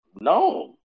no